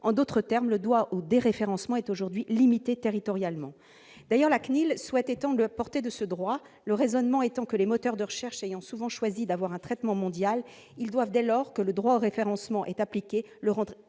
en « .com ». Le droit au déréférencement est par conséquent aujourd'hui limité territorialement. D'ailleurs, la CNIL souhaite étendre sa portée. Son raisonnement est que les moteurs de recherche, ayant souvent choisi d'avoir un traitement mondial, doivent, dès lors que le droit au référencement est appliqué, le rendre